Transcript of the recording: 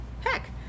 heck